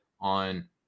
on